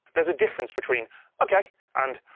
there's a difference between ok and